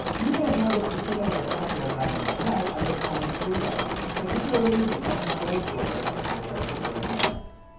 you may have noticed a similar effect while driving at night under common street lighting, particularly the orange-gold glow of high pressure sodium lamps.